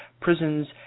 prisons